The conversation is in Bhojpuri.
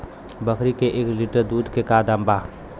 बकरी के एक लीटर दूध के का दाम बा?